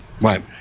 Right